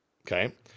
Okay